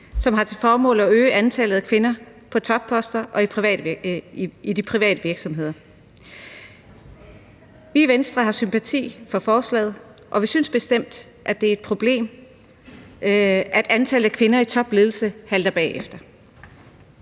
som har til formål at øge antallet af kvinder på topposter og i de private virksomheder. Vi i Venstre har sympati for forslaget, og vi synes bestemt, at det et problem, at antallet af kvinder i topledelser halter bagefter,